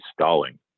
stalling